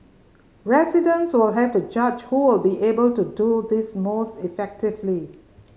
residents will have to judge who will be able to do this most effectively